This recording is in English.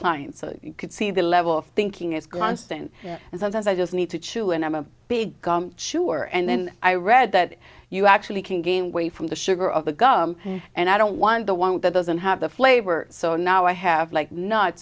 clients so you could see the level of thinking is constant and sometimes i just need to chill and i'm a big sure and then i read that you actually can gain weight from the sugar of the gum and i don't want the one that doesn't have the flavor so now i have like not